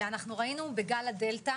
וראינו בגל הדלתא